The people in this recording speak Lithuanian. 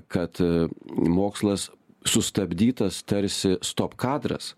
kad mokslas sustabdytas tarsi stop kadras